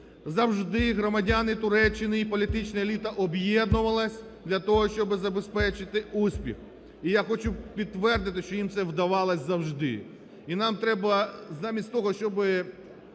завжди громадяни Туреччини і політична еліта об'єднувалась для того, щоби забезпечити успіх. І я хочу підтвердити, що їм це вдавалось завжди.